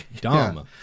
dumb